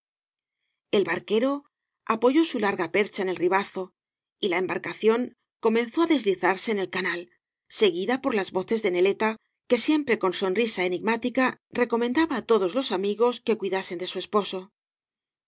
el barquero apoyó su larga percha en el ribazo y la embarcación comenzó á deslizaree en el canal seguida por las voces de neleta que siempre con sonrisa enigmática recomendaba á todoi loa amigos que cuidasen de su esposo las